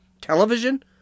television